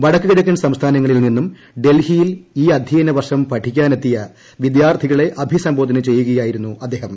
വടക്കുകിഴക്കൻ സംസ്ഥാനങ്ങളിൽ നിന്നും ഡൽഹിയിൽ ഈ അധ്യയന വർഷം പഠനത്തിനെത്തിയ വിദ്യാർത്ഥികളെ അഭിസംബോധന ചെയ്യുകയായിരുന്നു അദ്ദേഹം